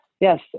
yes